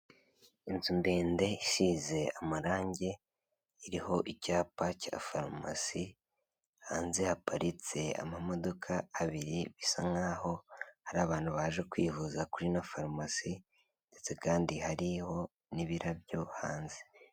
Inzu ndende isize amarange, iriho icyapa cya farumasi, hanze haparitse amamodoka abiri bisa nk'aho hari abantu baje kwivuza kuri ino farumasi ndetse kandi hariho n'ibirabyo hanze.